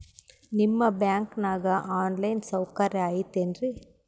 ನಿಮ್ಮ ಬ್ಯಾಂಕನಾಗ online ಸೌಕರ್ಯ ಐತೇನ್ರಿ?